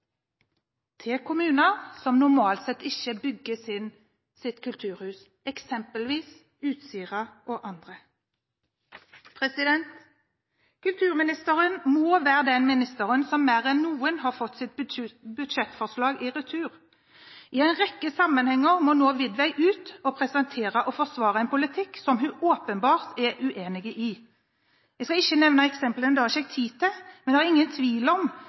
til kommuner som normalt sett ikke bygger seg kulturhus, eksempelvis Utsira m.fl. Kulturministeren må være den ministeren som mer enn noen har fått sitt budsjettforslag i retur. I en rekke sammenhenger må nå Widvey gå ut og presentere og forsvare en politikk som hun åpenbart er uenig i. Jeg skal ikke nevne eksempler, for det har jeg ikke tid til, men jeg er ikke i tvil om